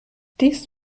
dies